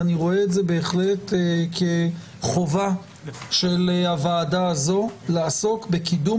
אני בהחלט רואה את זה כחובה של הוועדה לעסוק בקידום